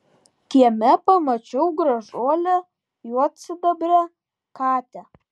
kieme pamačiau gražuolę juodsidabrę katę